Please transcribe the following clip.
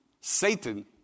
Satan